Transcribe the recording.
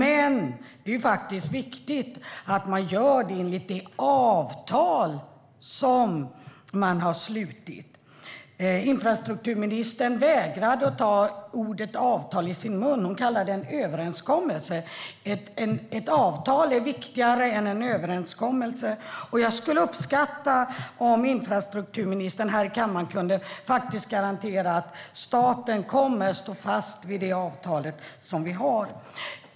Men det är faktiskt viktigt att man gör det enligt det avtal som man har slutit. Infrastrukturministern vägrade att ta ordet "avtal" i sin mun. Hon kallade det en "överenskommelse". Ett avtal är viktigare än en överenskommelse. Jag skulle uppskatta om infrastrukturministern här i kammaren kunde garantera att staten kommer att stå fast vid det avtal som vi har.